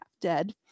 dead